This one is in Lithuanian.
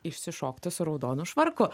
išsišokti su raudonu švarku